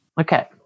Okay